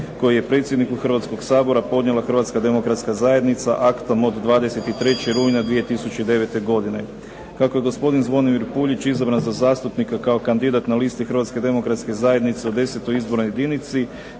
koji je predsjedniku Hrvatskog sabora podnijela Hrvatska demokratska zajednica aktom od 23. rujna 2009. godine. Kako je gospodin Zvonimir Puljić izabran za zastupnika kao kandidat na listi Hrvatske demokratske zajednice